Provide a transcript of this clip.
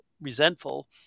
resentful